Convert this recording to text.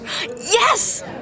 Yes